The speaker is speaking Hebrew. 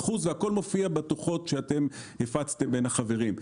והכול מופיע בדוחות שהפצתם בין החברים.